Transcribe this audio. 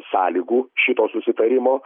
sąlygų šito susitarimo